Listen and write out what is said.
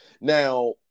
Now